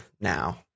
now